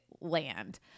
land